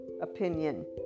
opinion